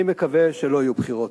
אני מקווה שלא יהיו בחירות.